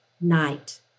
Night